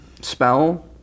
spell